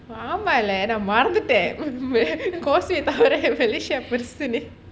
ஆமால நான் மறந்துட்டேன்:amala naan maranthuttaen causeway தவிர:tavira malaysia பெரிசின்னு:perusunnu